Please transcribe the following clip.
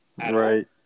right